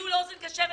הגיעו לאוזן קשבת.